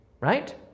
Right